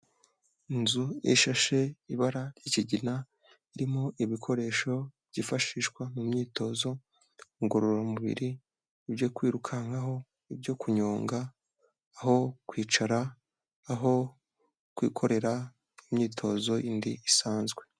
Inzu ishashe ibara ry'ikigina, irimo ibikoresho byifashishwa mu myitozo ngororamubiri, ibyo kwirukankaho, ibyo kunyonga, aho kwicara, aho kwikorera imyitozo y'indi isanzwe.